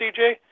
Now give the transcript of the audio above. CJ